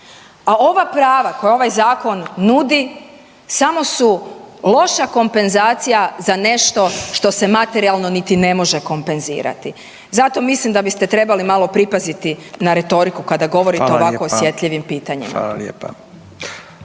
a ova prava koja ovaj Zakon nudi samo su loša kompenzacija za nešto što se materijalno niti ne može kompenzirati zato mislim da da biste trebali malo pripaziti na retoriku kada govorite o ovako osjetljivim pitanjima.